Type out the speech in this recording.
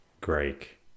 Greek